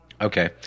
Okay